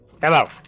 Hello